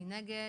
מי נגד?